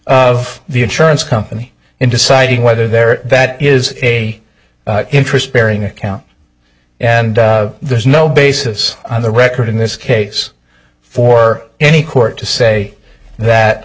of the insurance company in deciding whether there that is a interest bearing account and there's no basis on the record in this case for any court to say that